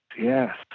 yes